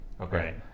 okay